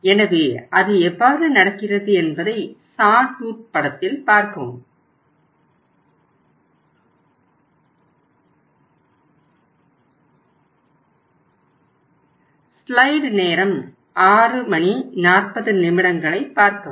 எனவே அது எவ்வாறு நடக்கிறது என்பதை சாடூத் படத்தில் பார்க்கவும்